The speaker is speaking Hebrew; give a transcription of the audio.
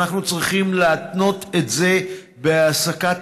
אנחנו צריכים להתנות את זה בהעסקת